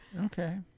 Okay